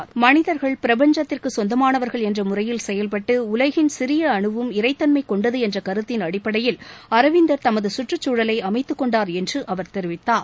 அரவிந்தர் மனிதர்கள் பிரபஞ்சத்திற்கு சொந்தமானவர்கள் என்ற முறையில் செயல்பட்டு உலகின் சிறிய அணுவும் இறைத்தன்மை கொண்டது என்ற கருத்தின் அடிப்படையில் தமது கற்றுக்குழலை அமைத்துக் கொண்டார் என்று அவர் தெரிவித்தார்